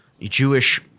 Jewish